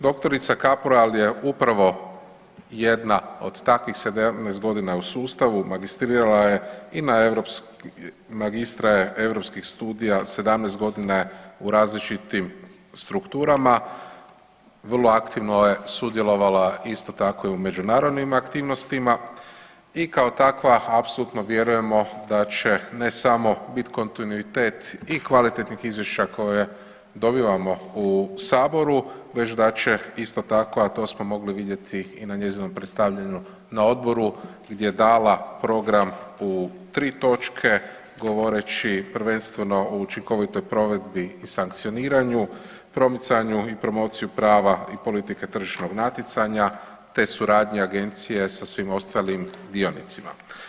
Doktorica Kapural je upravo jedna od takvih 17 godina u sustavu, magistra je europskih studija 17 godina je u različitim strukturama, vrlo aktivno je sudjelovala isto tako i u međunarodnim aktivnostima i kao takva apsolutno vjerujemo da će ne samo biti kontinuitet i kvalitetnih izvješća koje dobivamo u Saboru, već da će isto tako, a to smo mogli vidjeti i na njezinom predstavljanju na odboru gdje je dala program u tri točke govoreći prvenstveno o učinkovitoj provedbi i sankcioniranju, promicanju i promociju prava i politike tržišnog natjecanja te suradnja agencije sa svim ostalim dionicima.